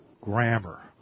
grammar